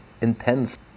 intense